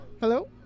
Hello